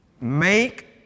make